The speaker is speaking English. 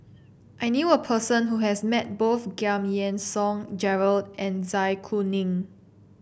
I knew a person who has met both Giam Yean Song Gerald and Zai Kuning